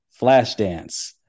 Flashdance